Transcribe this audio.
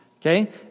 okay